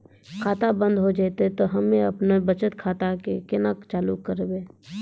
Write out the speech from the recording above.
खाता बंद हो जैतै तऽ हम्मे आपनौ बचत खाता कऽ केना चालू करवै?